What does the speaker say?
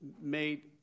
made